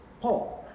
Paul